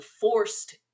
forced